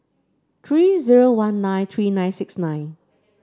three zero one nine three nine six nine